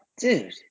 dude